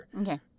Okay